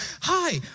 Hi